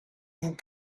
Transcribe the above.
vous